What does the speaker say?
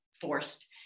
forced